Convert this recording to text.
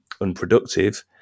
unproductive